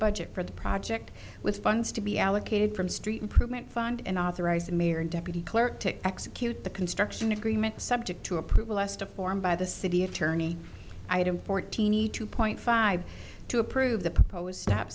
budget for the project with funds to be allocated from street improvement fund and authorized the mayor and deputy clerk to execute the construction agreement subject to approval as to form by the city attorney item fortini two point five to approve the propose